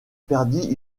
perdit